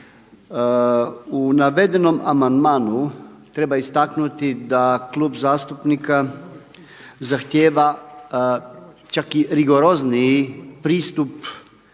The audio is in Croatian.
U navedenom amandmanu treba istaknuti da Klub zastupnika zahtijeva čak i rigorozniji pristup